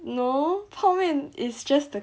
no 泡面 is just the